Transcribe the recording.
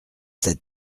sept